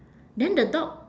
then the dog